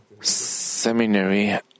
seminary